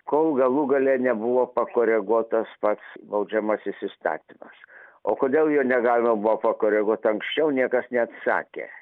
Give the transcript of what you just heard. kol galų gale nebuvo pakoreguotas pats baudžiamasis įstatymas o kodėl jo negalima buvo pakoreguoti anksčiau niekas neatsakė